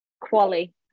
Quali